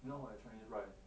now my chinese right